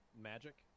Magic